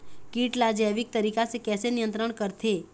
कीट ला जैविक तरीका से कैसे नियंत्रण करथे?